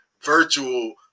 virtual